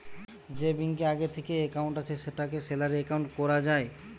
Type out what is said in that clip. যে ব্যাংকে আগে থিকেই একাউন্ট আছে সেটাকে স্যালারি একাউন্ট কোরা যায়